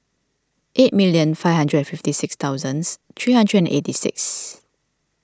eight million five hundred and fifty six thousands three hundred and eighty six